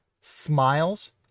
smiles